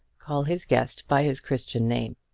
call his guest by his christian name.